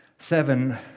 Seven